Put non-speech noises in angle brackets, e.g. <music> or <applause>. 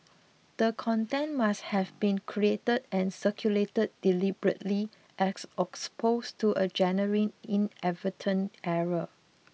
the content must have been created and circulated deliberately as <unintelligible> to a genuine inadvertent error